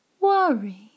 worry